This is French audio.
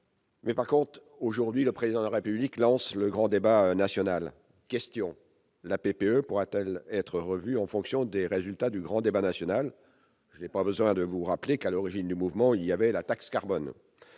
semaine prochaine, alors que le Président de la République lance aujourd'hui même le grand débat national. Première question : la PPE pourra-t-elle être revue en fonction des résultats du grand débat national ? Je n'ai pas besoin de rappeler qu'à l'origine du mouvement il y avait la taxe carbone.